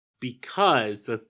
Because-